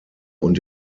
und